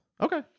Okay